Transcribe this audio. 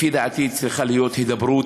לפי דעתי, צריכה להיות הידברות,